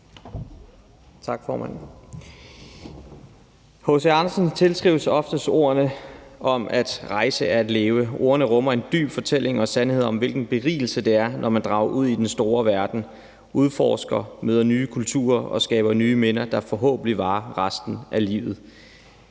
H.C. Andersen tilskrives ofte ordene »at rejse er at leve«. Ordene rummer en dyb fortælling og sandhed om, hvilken berigelse det er, når man drager ud i den store verden og udforsker den, møder nye kulturer og skaber nye minder, der forhåbentlig varer resten af livet.